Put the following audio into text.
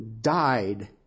died